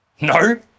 No